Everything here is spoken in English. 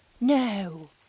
no